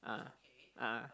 ah ah